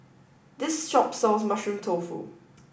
this shop sells Mushroom Tofu